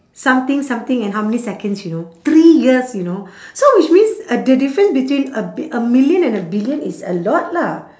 something something and how many seconds you know three years you know so which means a the difference between a bi~ a million and a billion is a lot lah